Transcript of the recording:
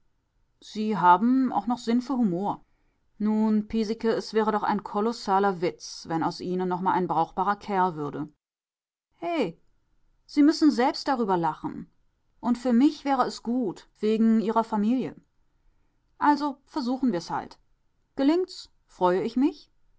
sie haben auch noch sinn für humor nun piesecke es wäre doch ein kolossaler witz wenn aus ihnen noch mal ein brauchbarer kerl würde he sie müssen selbst darüber lachen und für mich wäre es gut wegen ihrer familie also versuchen wir's halt gelingt's freue ich mich